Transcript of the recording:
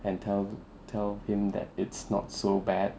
and tell tell him that it's not so bad